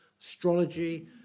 astrology